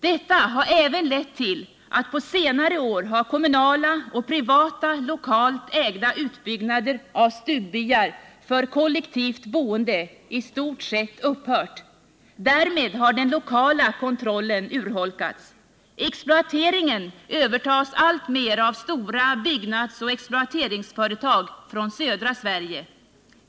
Detta har även lett till att kommunala och privata, lokala utbyggnader av stugbyar för kollektivt boende på senare år i stort sett upphört. Därmed har den lokala kontrollen urholkats. Exploateringen övertas alltmer av stora byggnadsoch exploateringsföretag från södra Sverige.